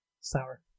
sour